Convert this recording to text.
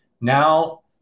now